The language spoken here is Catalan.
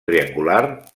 triangular